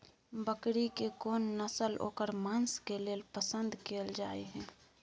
बकरी के कोन नस्ल ओकर मांस के लेल पसंद कैल जाय हय?